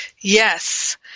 Yes